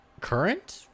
current